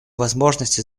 возможности